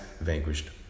vanquished